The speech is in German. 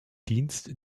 dienst